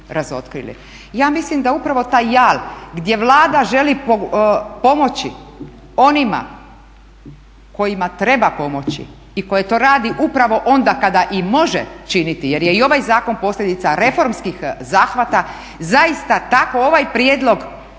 Ja mislim da upravo taj jal gdje Vlada želi pomoći onima kojima treba pomoći i koja to radi upravo onda kada i može činiti jer je i ovaj zakon posljedica reformskih zahvata zaista ovaj prijedlog zakona